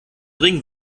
ring